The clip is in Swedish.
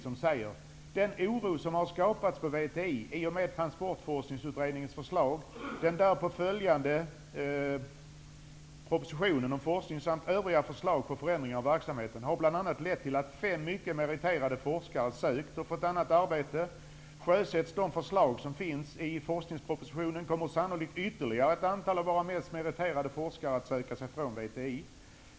Där står det: ''Den oro som har skapats på VTI i och med transportforskningsutredningens förslag, den därpå följande FPP samt övriga förslag på förändringar av verksamheten har bland annat lett till att fem mycket meriterade forskare sökt och fått annat arbete. Sjösätts de förslag som finns i FPP kommer sannolikt ytterligare ett antal av våra mest meriterade forskare att söka sig från VTI.